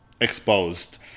exposed